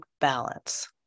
balance